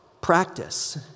practice